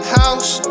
house